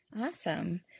Awesome